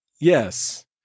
Yes